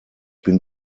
bin